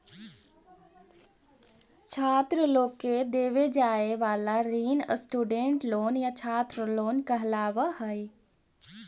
छात्र लोग के देवे जाए वाला ऋण स्टूडेंट लोन या छात्र लोन कहलावऽ हई